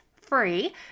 free